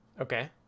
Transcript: Okay